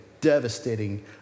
devastating